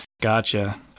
Gotcha